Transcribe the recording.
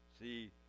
See